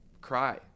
cry